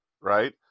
right